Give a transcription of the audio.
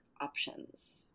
options